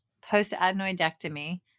post-adenoidectomy